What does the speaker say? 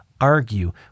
argue